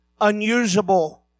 unusable